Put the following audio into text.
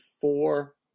four